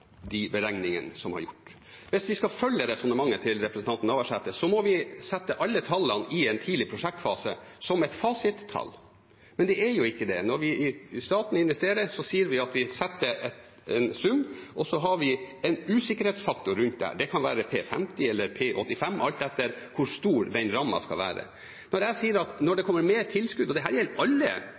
gjort. Hvis vi skal følge resonnementet til representanten Navarsete, må vi sette alle tallene i en tidlig prosjektfase som fasittall, men de er jo ikke det. Når staten investerer, sier vi at vi setter en sum, og så har vi en usikkerhetsfaktor rundt det – det kan være P50 eller P85, alt etter hvor stor ramma skal være. Jeg sier at når det kommer mer kunnskap – og dette gjelder alle